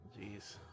Jeez